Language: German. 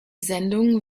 sendungen